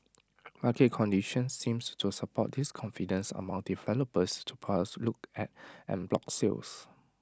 market conditions seems to support this confidence among developers to perhaps now look at en bloc sales